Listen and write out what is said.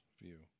view